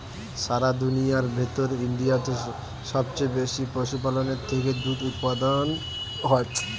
সারা দুনিয়ার ভেতর ইন্ডিয়াতে সবচে বেশি পশুপালনের থেকে দুধ উপাদান হয়